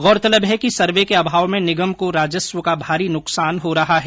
गौरतलब है कि सर्वे के अभाव में निगम को राजस्व का भारी नुकसान हो रहा है